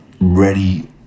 ready